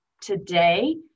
Today